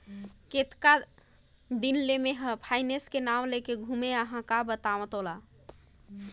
केतना दिन ले मे हर फायनेस के नाव लेके घूमें अहाँ का बतावं तोला